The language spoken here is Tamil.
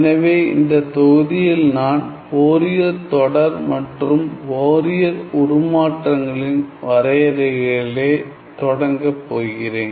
எனவே இந்தத் தொகுதியில் நான் ஃபோரியர் தொடர் மற்றும் ஃபோரியர் உருமாற்றங்களின் வரையறைகளை தொடங்கப் போகிறேன்